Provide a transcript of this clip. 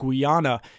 Guyana